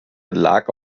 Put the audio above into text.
belag